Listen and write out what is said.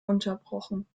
unterbrochen